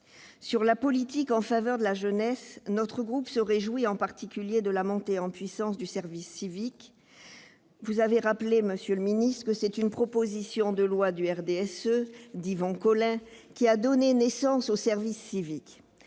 la politique en faveur de la jeunesse, notre groupe se réjouit, en particulier, de la montée en puissance du service civique. Comme vous l'avez rappelé, monsieur le ministre, c'est une proposition de loi du RDSE, déposée sur l'initiative d'Yvon Collin, qui a donné naissance au service civique.